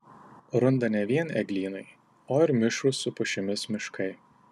runda ne vien eglynai o ir mišrūs su pušimis miškai